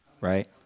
right